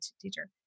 teacher